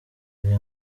ibi